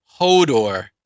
Hodor